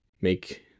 make